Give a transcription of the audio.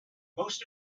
most